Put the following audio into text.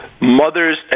mothers